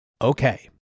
Okay